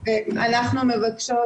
-- -אנחנו מבקשות